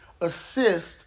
assist